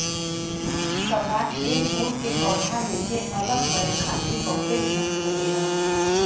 कपास के फूल के पौधा में से अलग करे खातिर बहुते मेहनत लगेला